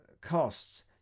costs